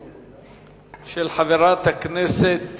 329, של חברת הכנסת